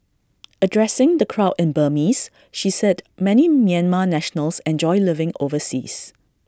addressing the crowd in Burmese she said many Myanmar nationals enjoy living overseas